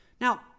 Now